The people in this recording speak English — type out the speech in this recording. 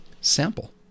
sample